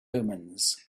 omens